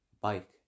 Bike